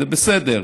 זה בסדר,